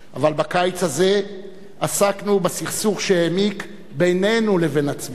אבל בקיץ הזה עסקנו בסכסוך שהעמיק בינינו לבין עצמנו,